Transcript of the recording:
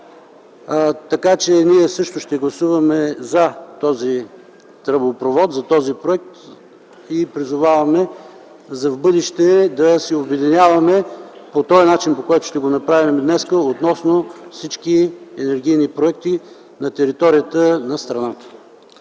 Ние също ще гласуваме „за” този проект и тръбопровод. Призоваваме и в бъдеще да се обединяваме по начина, по който ще го направим днес, относно всички енергийни проекти на територията на страната.